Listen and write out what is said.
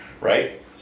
Right